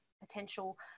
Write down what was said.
potential